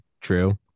true